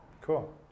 cool